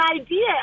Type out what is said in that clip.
idea